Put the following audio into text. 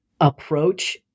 approach